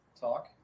talk